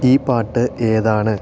ഈ പാട്ട് ഏതാണ്